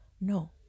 No